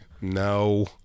no